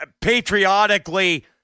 patriotically